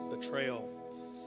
betrayal